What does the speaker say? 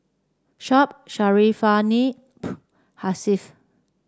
Shuib Syarafina Hasif